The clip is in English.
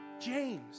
James